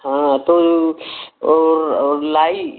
हाँ तो और और लाई